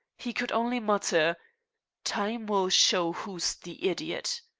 he could only mutter time will show who's the idiot.